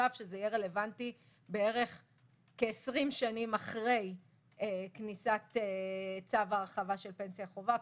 חשב שזה יהיה רלוונטי כ-20 שנים אחרי כניסת צו ההרחבה של פנסיה חובה,